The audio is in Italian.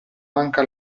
manca